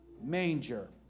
manger